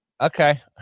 okay